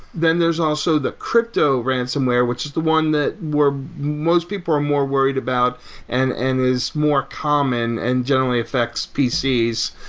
then, there's also the crypto ransonware which is the one that where most people are more worried about and and is more common and generally affects pcs,